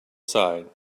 side